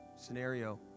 scenario